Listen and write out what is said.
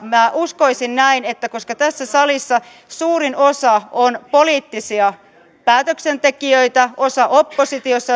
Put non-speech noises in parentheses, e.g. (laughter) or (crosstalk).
minä uskoisin näin että koska tässä salissa suurin osa on poliittisia päätöksentekijöitä osa oppositiossa (unintelligible)